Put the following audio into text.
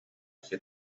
сир